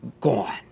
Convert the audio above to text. Gone